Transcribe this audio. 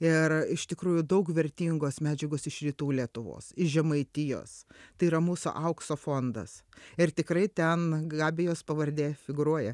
ir iš tikrųjų daug vertingos medžiagos iš rytų lietuvos iš žemaitijos tai yra mūsų aukso fondas ir tikrai ten gabijos pavardė figūruoja